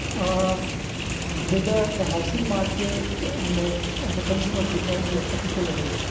um whether the housing market and the and the consumer behavior particularly,